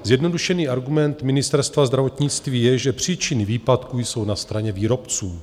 Zjednodušený argument Ministerstva zdravotnictví je, že příčiny výpadku jsou na straně výrobců.